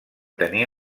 tenir